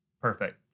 Perfect